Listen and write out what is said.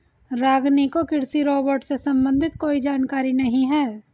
रागिनी को कृषि रोबोट से संबंधित कोई जानकारी नहीं है